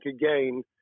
again